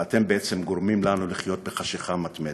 ואתם בעצם גורמים לנו לחיות בחשכה מתמדת.